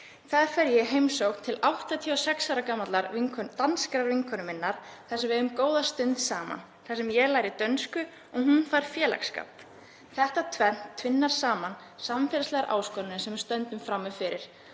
Þar fer ég í heimsókn til 86 ára gamallar danskrar vinkonu minnar þar sem við eigum góða stund saman þar sem ég læri dönsku og hún fær félagsskap. Þetta tvennt tvinnar saman samfélagslegar áskoranir sem við stöndum frammi fyrir,